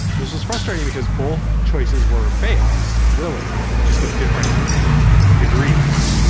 this is frustrating because both choices were fails really just have different degrees.